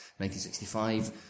1965